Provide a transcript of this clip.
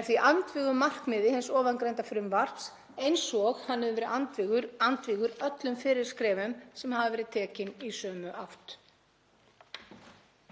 er því andvígur markmiði ofangreinds frumvarps eins og hann hefur verið andvígur öllum fyrri skrefum sem hafa verið tekin í sömu átt.